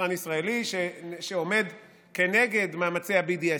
יצרן ישראלי שעומד כנגד מאמצי ה-BDS.